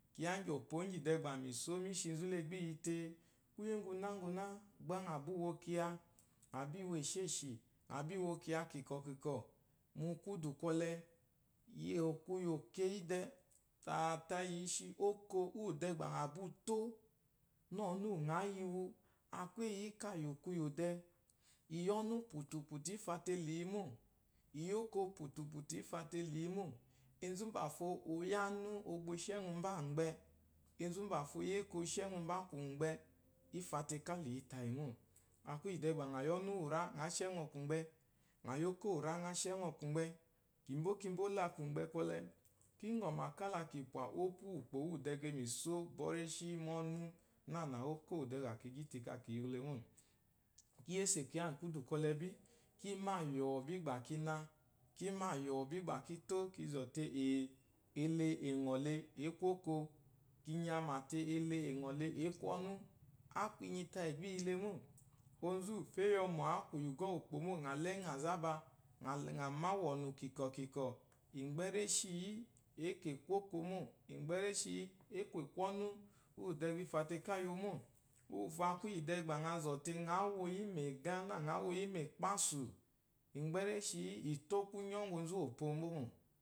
Kyiya íŋgyopo íŋgyì dɛɛ gbà mì só mi shi nzú le gbá i yi tee. kwúyè úŋgwunáŋgwuná, gbá ŋà búu wo kyiya, ŋà búu wo èshêshì, ŋà búu wo kyiya kìkɔ̀ kìkɔ̀ mu kwudù kwɔlɛ, yò kwuyò keyí dɛ. Tààyì i shi óko úwù dɛɛ gbà ŋà búu tó nâ ɔ́nú úwù ŋǎ yi wu, a kwu éyi yí káa yò kwuyò dɛ. Iyi ónú pwùtùpwù í fa te la i yi mô, i yi ónú pwùtùpwù í fa te la i yi mô. Enzu úmbàfo o yi ánú o gbà o shi ɛŋwúu mbá àmgbɛ ɛ̀mgbɛ, enzu úmbàfo o yi éko o shi ɛŋwú mbá kwùmgbɛ. Í fa te ká la i yi tàyì mô. A kwu íyì dɛɛ gbà ŋà yi ɔ́nú úwù rá, ŋǎ shi kwùmgbɛ, ŋà yi óko úwù rá ŋǎ shi kwùmgbɛ. Kìmbé kì bó la kwùmgbɛ kwɔlɛ? Kí ŋɔ̀mà kála kì pwà ópwu úwù ùkpò úwù dɛɛ gbà e mìsó bɔ́ réshí mu ɔ́nú, nânà óko úwù dɛɛ gbà ki gyí te káa kì yi wu le mô. Kí yésè kyiya ŋ̀ kwúdù kwɔlɛ bí, kí mâ yɔ̀ɔ̀ bí gbà ki na, kí mâ yɔ̀ɔ̀ bí gbà ki tó, ki zɔ̀ te, eè, ele è ŋɔ̀ le, ě kwu óko. Ki nyamà te, ele è ŋɔ̀ le ě kwú ɔ́nú. Á kwu inyi tayì gbá i yi le mô. Onzu úwùfo eé yi ɔmɔ̀ a kwu ìyùgɔ́ úwù ùkpò mô, ŋà ló ɛŋɔ àzába, ŋà l ŋà má wɔ̀nù kìkɔ̀ kìkɔ̀. Ìmgbɛ́ réshíi yì, é kè kwu óko mô, ìmgbɛ́ réshíi yí é kwè kè è kwu ɔ́nú, úwù dɛɛ gbá i fa te káa yiwu mô. Úwùfo a kwu íyì dɛɛ gbà ŋa zɔ̀ te ŋǎ wo yí mɛ̀gá nâ ŋǎ wo yí mɛ́kpásù. Ìmgbɛ́ réshíi yí, i tó kwúnyɔ́ úŋgwù onzu úwùpo mbó mò.